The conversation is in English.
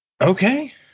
okay